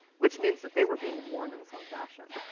which means that they were being worn in some fashion.